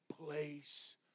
place